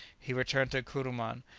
he returned to kuruman,